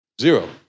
Zero